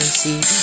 see